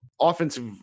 offensive